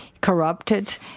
corrupted